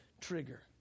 trigger